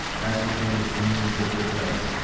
ascertain its means of defence,